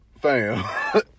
Fam